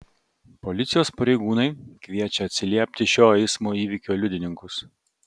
policijos pareigūnai kviečia atsiliepti šio eismo įvykio liudininkus